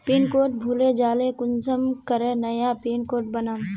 Pin code भूले जाले कुंसम करे नया पिन कोड बनाम?